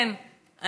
כן,